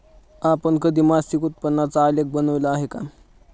आपण कधी मासिक उत्पन्नाचा आलेख बनविला आहे का?